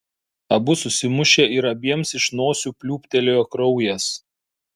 abu susimušė ir abiems iš nosių pliūptelėjo kraujas